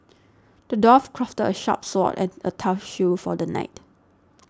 the dwarf crafted a sharp sword and a tough shield for the knight